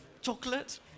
chocolate